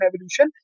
evolution